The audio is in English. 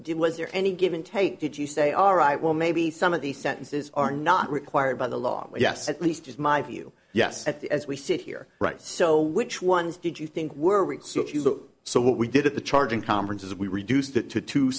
did was there any given take did you say all right well maybe some of these sentences are not required by the law yes at least is my view yes at the as we sit here right so which ones did you think were so what we did at the charging conference is we reduced it to t